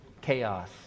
chaos